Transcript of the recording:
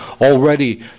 already